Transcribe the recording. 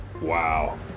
Wow